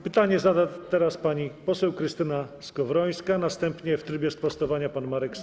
Pytanie zada teraz pani poseł Krystyna Skowrońska, a następnie w trybie sprostowania - pan Marek Sowa.